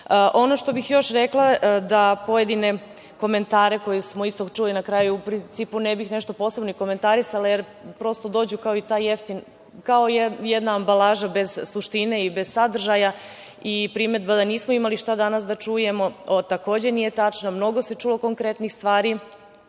što bih još rekla je da pojedine komentare koje smo isto čuli na kraju u principu ne bih nešto posebno komentarisala jer prosto dođu kao jedna ambalaža, bez suštine i bez sadržaja, i primedba da nismo imali šta danas da čujemo takođe nije tačna. Mnogo se čulo konkretnih stvari,